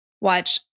Watch